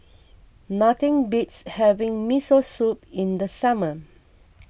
nothing beats having Miso Soup in the summer